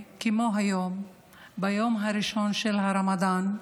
ביום הראשון של הרמדאן,